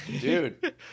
dude